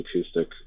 acoustic